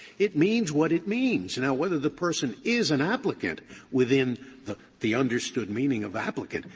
it means what it means. now, whether the person is an applicant within the the understood meaning of applicant,